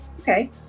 Okay